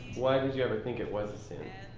why did you ever think it was a sin?